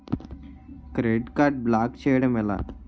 Credit card block చేయడం ఎలా?